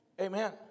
Amen